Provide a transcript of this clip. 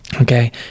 okay